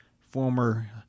former